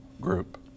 group